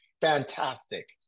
fantastic